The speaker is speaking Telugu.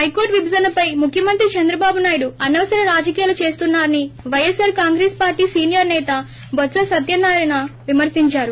హైకోర్లు విభజనపై ముఖ్యమంత్రి చంద్రబాబు నాయుడు అనవసర రాజకీయాలు చేస్తున్నారని వైఎస్సార్ కాంగ్రెస్ పార్టీ సీనియర్ సేత బొత్స సత్యనారాయణ విమర్శించారు